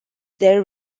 there